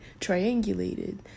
triangulated